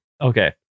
Okay